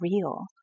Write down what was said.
real